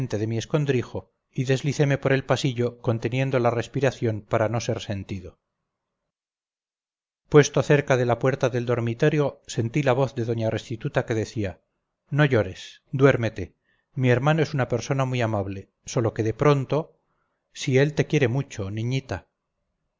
mi escondrijo y desliceme por el pasillo conteniendo la respiración para que no ser sentido puesto cerca de la puerta del dormitorio sentí la voz de doña restituta que decía no llores duérmete mi hermano es una persona muy amable sólo que de pronto si él te quiere mucho niñita